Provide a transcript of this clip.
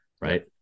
right